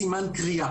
סימן קריאה.